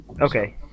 Okay